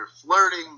flirting